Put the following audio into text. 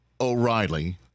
O'Reilly